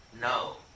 No